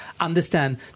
understand